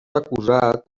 acusat